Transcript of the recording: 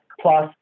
plus